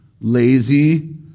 lazy